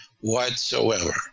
whatsoever